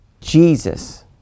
Jesus